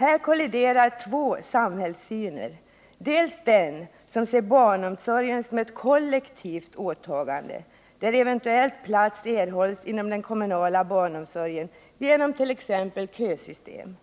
Här kolliderar två samhällssyner, dels den som ser barnomsorgen som ett kollektivt åtagande, där eventuell plats erhålls inom den kommunala barnomsorgen genom t.ex. kösystem,